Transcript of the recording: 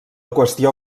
qüestió